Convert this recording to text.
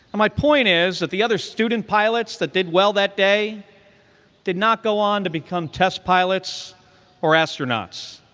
my point is that the other student pilots that did well that day did not go on to become test pilots or astronauts,